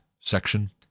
section